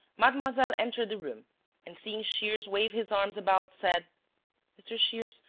mademoiselle entered the room and, seeing shears wave his arms about, said mr. shears,